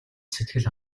сэтгэл